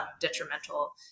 detrimental